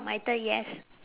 my turn yes